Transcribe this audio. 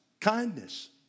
kindness